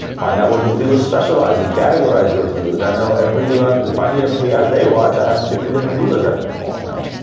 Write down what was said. find out what these dealers specialize in and categorize those dealers. i know every dealer, and if i need a piaget watch, i have fifty different dealers i can call, right?